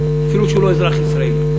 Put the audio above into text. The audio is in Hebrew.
אפילו שהוא לא אזרח ישראלי.